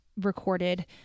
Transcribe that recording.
recorded